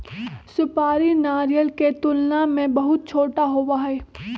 सुपारी नारियल के तुलना में बहुत छोटा होबा हई